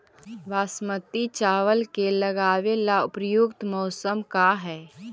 बासमती चावल के लगावे ला उपयुक्त मौसम का है?